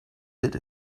did